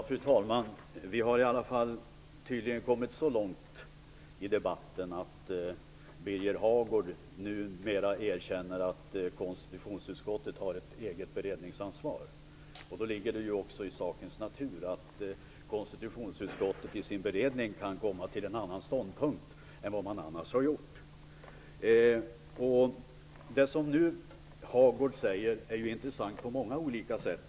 Fru talman! Vi har i alla fall tydligen kommit så långt i debatten att Birger Hagård nu erkänner att konstitutionsutskottet har ett eget beredningsansvar. Då ligger det också i sakens natur att konstitutionsutskottet i sin beredning kan komma fram till en annan ståndpunkt än vad som annars har gjorts. Det Hagård nu säger är intressant på många olika sätt.